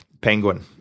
Penguin